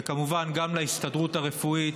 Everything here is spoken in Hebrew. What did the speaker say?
וכמובן, גם להסתדרות הרפואית.